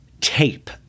tape